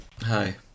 Hi